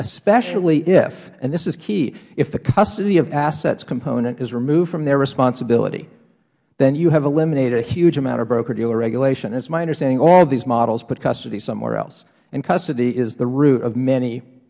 especially ifh and this is keyh if the custody of assets component is removed from their responsibility then you have eliminated a huge amount of brokerdealer regulation it's my understanding all of these models put custody somewhere else and custody is the root of many